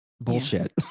bullshit